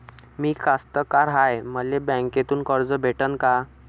मी कास्तकार हाय, मले बँकेतून कर्ज भेटन का?